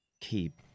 keep